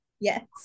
Yes